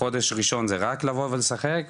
חודש ראשון זה רק לבוא ולשחק,